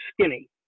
skinny